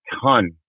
ton